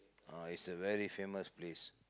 uh is a very famous place